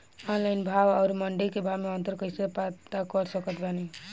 Online भाव आउर मंडी के भाव मे अंतर कैसे पता कर सकत बानी?